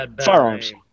firearms